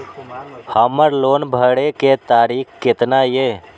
हमर लोन भरे के तारीख केतना ये?